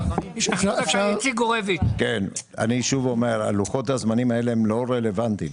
אני שוב אומר שלוחות הזמנים האלה הם לא רלוונטיים.